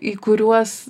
į kuriuos